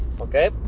okay